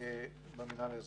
במינהל האזרחי.